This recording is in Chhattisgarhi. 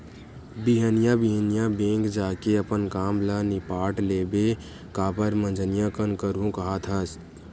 बिहनिया बिहनिया बेंक जाके अपन काम ल निपाट लेबे काबर मंझनिया कन करहूँ काहत हस